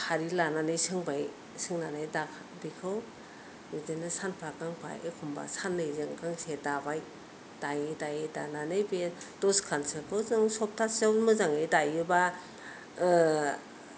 फारिलानानै सोंबाय सोंनानै दा बेखौ बिदिनो सान्फा गांफा एखमबा साननैजों गांसे दाबाय दायै दायै दानानै बियो दसखानसोखो जों सफ्थासेआवनो मोजाङै दायोब्ला